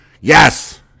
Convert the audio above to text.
Yes